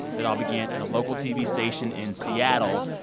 it all began at a local tv station in seattle,